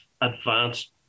advanced